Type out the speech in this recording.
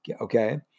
okay